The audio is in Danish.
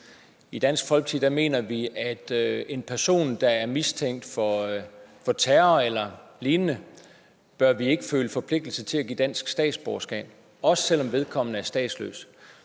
I Dansk Folkeparti mener vi, at en person, der er mistænkt for terror eller lignende, bør vi ikke føle forpligtelse til at give dansk statsborgerskab, heller ikke selv om vedkommende er statsløs.